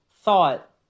thought